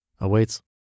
awaits